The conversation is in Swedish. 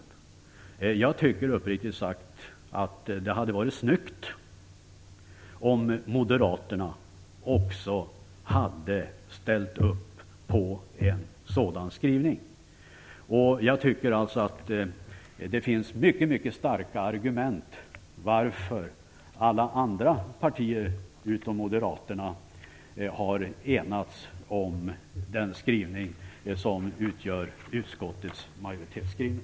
Jag tycker, uppriktigt sagt, att det hade varit snyggt om också moderaterna hade ställt sig bakom en sådan skrivning. Jag tycker att det är mycket starka argument som förelegat när alla partier utom moderaterna har enats om utskottets majoritetsskrivning.